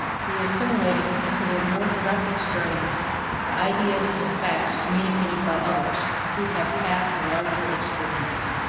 through assimilating into their more direct experience the ideas and facts communicated by others who have had a larger experience.